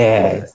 Yes